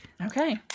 Okay